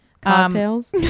cocktails